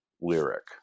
lyric